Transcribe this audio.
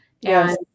Yes